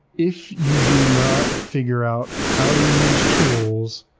if you do not figure out how to use tools,